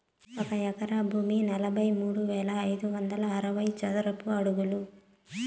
ఒక ఎకరా భూమి నలభై మూడు వేల ఐదు వందల అరవై చదరపు అడుగులు